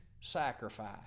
sacrifice